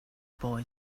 boy